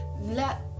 let